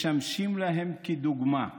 משמשים להם דוגמה אישית.